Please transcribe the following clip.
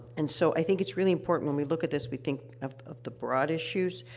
and so, i think it's really important, when we look at this, we think of of the broad issues.